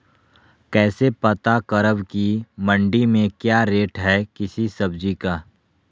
कैसे पता करब की मंडी में क्या रेट है किसी सब्जी का?